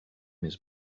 his